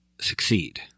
succeed